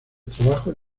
trabajos